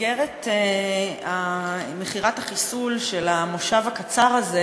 במסגרת מכירת החיסול של המושב הקצר הזה